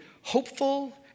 hopeful